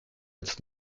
its